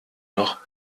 noch